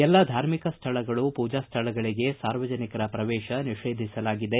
ಎಲ್ಲ ಧಾರ್ಮಿಕ ಸ್ಥಳಗಳು ಪೂಜಾ ಸ್ಥಳಗಳಿಗೆ ಸಾರ್ವಜನಿಕರ ಪ್ರವೇಶ ನಿಷೇಧಿಸಲಾಗಿದೆ